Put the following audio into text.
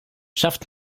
schafft